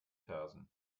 fersen